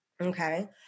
Okay